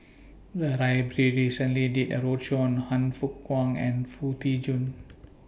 The Library recently did A roadshow on Han Fook Kwang and Foo Tee Jun